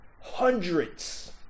Hundreds